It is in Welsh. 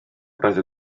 roedd